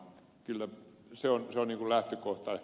kyllä se on lähtökohta